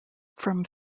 from